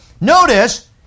Notice